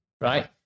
right